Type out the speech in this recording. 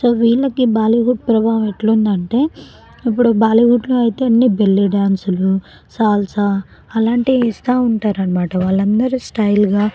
so వీళ్ళకి బాలీవుడ్ ప్రభావం ఎట్లుందంటే ఇప్పుడు బాలీవుడ్లో ఐతే అన్నీ బెల్లీ డ్యాన్సులూ సాల్సా అలాంటియి వేస్తావుంటారనమాట వాళ్ళందరూ స్టైల్గా